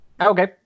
okay